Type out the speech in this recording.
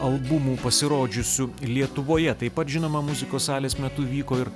albumų pasirodžiusių lietuvoje taip pat žinoma muzikos salės metu įvyko ir